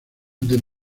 ante